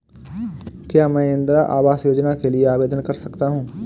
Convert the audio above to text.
क्या मैं इंदिरा आवास योजना के लिए आवेदन कर सकता हूँ?